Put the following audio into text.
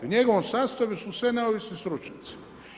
U njegovom sastavu su sve neovisni stručnjaci.